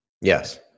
yes